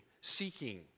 seeking